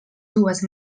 dues